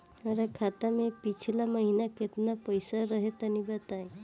हमरा खाता मे पिछला महीना केतना पईसा रहे तनि बताई?